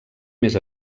més